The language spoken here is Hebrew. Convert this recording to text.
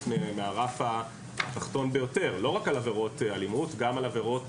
מהרף התחתון ביותר ולא רק על עבירות אלימות אלא גם על עבירות